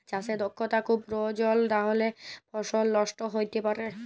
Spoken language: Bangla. চাষে দক্ষতা খুব পরয়োজল লাহলে ফসল লষ্ট হ্যইতে পারে